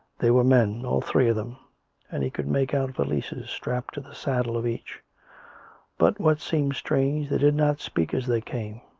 they were men, all three of them and he could make out valises strapped to the saddle of each but, what seemed strange, they did not speak as they came